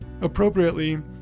Appropriately